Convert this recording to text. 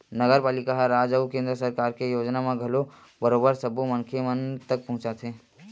नगरपालिका ह राज अउ केंद्र सरकार के योजना मन ल घलो बरोबर सब्बो मनखे मन तक पहुंचाथे